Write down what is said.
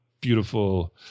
beautiful